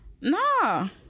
No